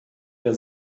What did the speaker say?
wir